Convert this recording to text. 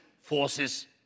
forces